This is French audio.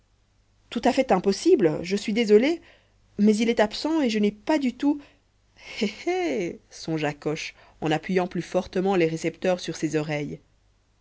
tout à fait impossible je suis désolé mais il est absent et je n'ai pas du tout hé hé songea coche en appuyant plus fortement les récepteurs sur ses oreilles